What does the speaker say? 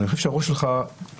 כי אני חושב שהראש שלך ישר,